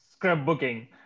scrapbooking